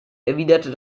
erwiderte